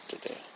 today